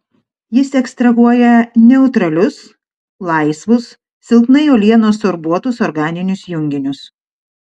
jis ekstrahuoja neutralius laisvus silpnai uolienos sorbuotus organinius junginius